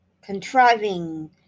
contriving